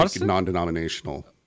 non-denominational